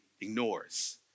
ignores